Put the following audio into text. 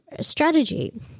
strategy